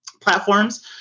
platforms